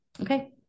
okay